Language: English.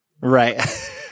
Right